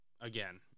again